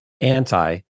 anti